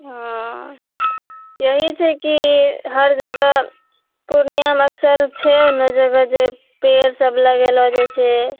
हँ ओएह छै कि हर जगह पूर्णिया नक्सल छै ने जगह जे पेड़ सब लगैला जाइ छै